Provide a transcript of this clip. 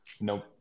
Nope